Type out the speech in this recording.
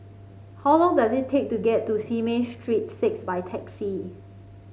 how long does it take to get to Simei Street Six by taxi